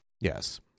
Yes